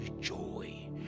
joy